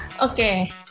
Okay